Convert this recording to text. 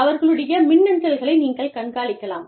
அவர்களுடைய மின்னஞ்சல்களை நீங்கள் கண்காணிக்கலாம்